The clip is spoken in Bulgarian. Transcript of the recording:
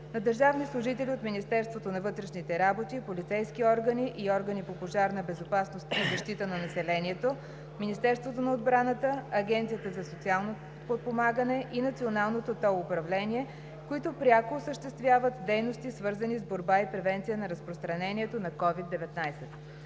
държавни служители от Министерството на вътрешните работи, полицейски органи и органи по пожарна безопасност и защита на населението, Министерството на отбраната, Агенцията за социално подпомагане и Националното тол управление, които пряко осъществяват дейности, свързани с борба и превенция на разпространението на COVID-19.